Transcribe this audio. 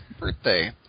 birthday